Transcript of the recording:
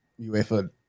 UEFA